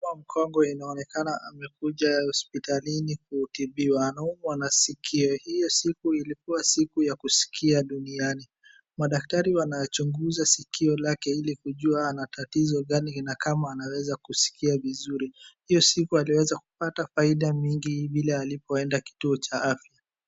Mama mkongwe inaonekana amekuja hospitalini kutibiwa, wanasikio. Hiyo siku lilikuwa siku ya kusikia duniani. Makadaktari wanachunguza sikio lake ili kujua ana tatizo gani na kama anaweza kusikia vizuri. Hio siku aliweza kupata faida mingi vile alipoenda kituo cha afya.